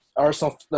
Arsenal